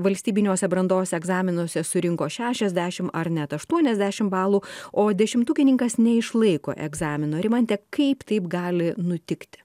valstybiniuose brandos egzaminuose surinko šešiasdešim ar net aštuoniasdešim balų o dešimtukininkas neišlaiko egzamino rimante kaip taip gali nutikti